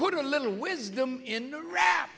put a little wisdom in the r